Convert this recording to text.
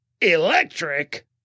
Electric